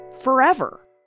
forever